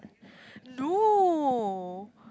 no